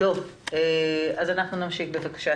נמשיך בבקשה.